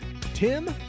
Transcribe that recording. Tim